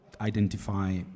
identify